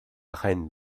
reine